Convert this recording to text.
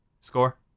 score